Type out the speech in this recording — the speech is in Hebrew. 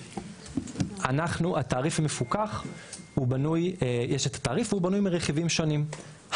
אנחנו התעריף המפוקח הוא בנוי יש את התעריף והוא בנוי מרכיבים שונים,